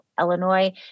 Illinois